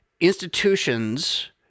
institutions